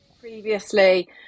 previously